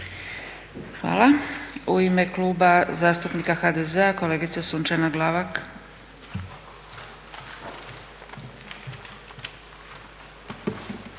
Hvala. U ime Kluba zastupnika HDZ-a kolegica Sunčana Glavak.